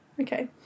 Okay